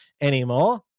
anymore